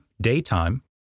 daytime